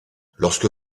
lorsque